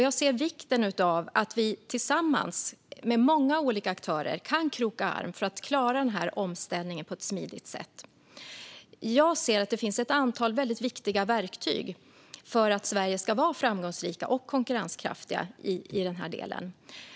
Jag ser vikten av att vi tillsammans med många olika aktörer kan kroka arm för att klara omställningen på ett smidigt sätt. Det finns ett antal verktyg som är väldigt viktiga för att Sverige ska vara framgångsrikt och konkurrenskraftigt i den delen.